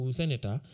senator